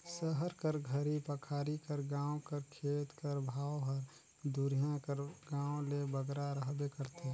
सहर कर घरी पखारी कर गाँव कर खेत कर भाव हर दुरिहां कर गाँव ले बगरा रहबे करथे